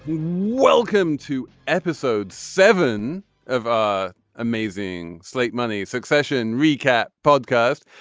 welcome to episode seven of ah amazing. slate money succession recap podcast.